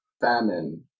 famine